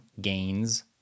gains